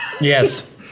Yes